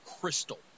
Crystal